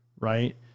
Right